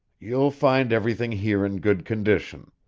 you'll find everything here in good condition.